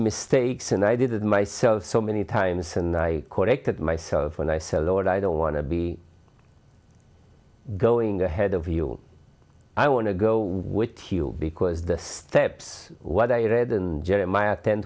mistakes and i did it myself so many times and i corrected myself and i said lord i don't want to be going ahead of you i want to go with you because the steps